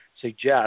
suggest